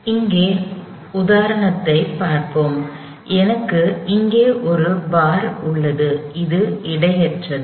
எனவே இங்கே உதாரணத்தைப் பார்ப்போம் எனக்கு இங்கே ஒரு பார் உள்ளது அது எடையற்றது